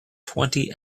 twenty